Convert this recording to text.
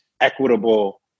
equitable